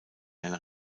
einer